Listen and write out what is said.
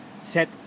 set